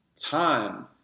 time